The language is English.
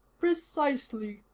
precisely,